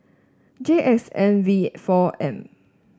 J X N V four M